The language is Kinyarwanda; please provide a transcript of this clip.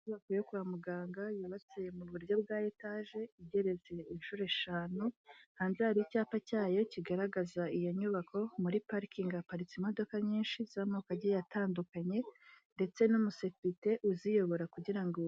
Inyubako yo kwa muganga yubatse mu buryo bwa etaje igere inshuro eshanu, hanze hari icyapa cyayo kigaragaza iyo nyubako, muri parikingi haparitse imodoka nyinshi z'amoko agiye atandukanye, ndetse n'umusekirite uziyobora kugira ngo